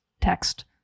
text